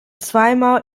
zweimal